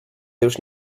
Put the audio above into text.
już